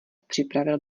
připravil